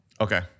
Okay